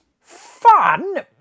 Fun